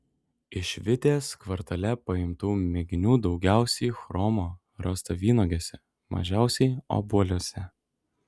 iš vitės kvartale paimtų mėginių daugiausiai chromo rasta vynuogėse mažiausiai obuoliuose